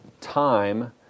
time